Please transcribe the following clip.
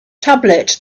tablet